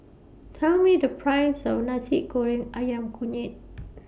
Tell Me The Price of Nasi Goreng Ayam Kunyit